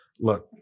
Look